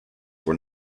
were